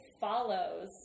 Follows